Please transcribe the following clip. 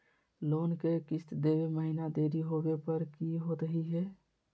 Loan के किस्त देवे महिना देरी होवे पर की होतही हे?